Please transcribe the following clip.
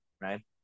right